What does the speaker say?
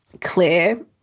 clear